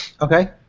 Okay